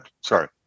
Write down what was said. Sorry